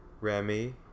Remy